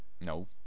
No